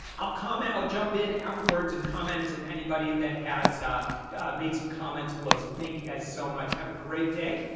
i'll comment. i'll jump in afterwards and comment. and anybody that has made some comments below. so thank you guys so much. have a great day.